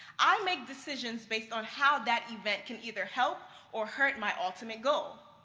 i make decisions based on how that event can either help or hurt my ultimate goal.